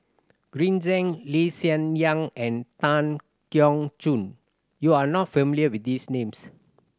Green Zeng Lee Hsien Yang and Tan Keong Choon you are not familiar with these names